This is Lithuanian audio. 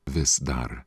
vis dar